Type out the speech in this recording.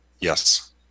Yes